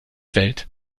welt